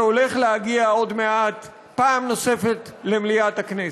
שהולך להגיע עוד מעט פעם נוספת למליאת הכנסת.